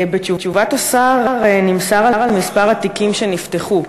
בתשובת השר נמסר על מספר התיקים שנפתחו.